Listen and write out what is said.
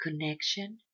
connection